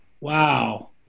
Wow